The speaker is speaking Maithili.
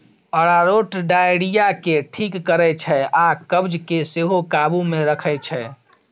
अरारोट डायरिया केँ ठीक करै छै आ कब्ज केँ सेहो काबु मे रखै छै